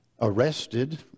arrested